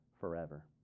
forever